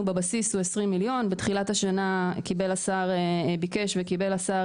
התקציב שלנו בבסיס הוא 20,000,000. בתחילת השנה ביקש וקיבל השר